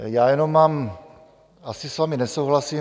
Já jenom mám... asi s vámi nesouhlasím.